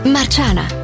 Marciana